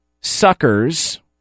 Suckers